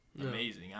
amazing